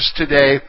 today